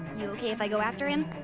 you okay if i go after him?